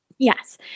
Yes